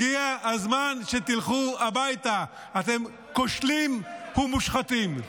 הגיע הזמן שתלכו הביתה, אתם כושלים ומושחתים.